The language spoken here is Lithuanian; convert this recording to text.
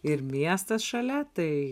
ir miestas šalia tai